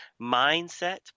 mindset